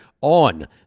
on